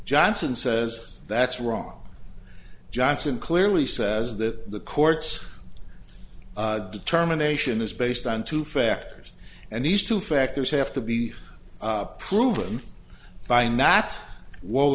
johnson says that's wrong johnson clearly says that the courts determination is based on two factors and these two factors have to be proven by and that wall